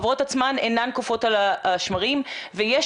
החברות עצמן אינן קופאות על השמרים ויש